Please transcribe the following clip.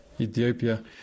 Ethiopia